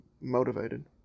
motivated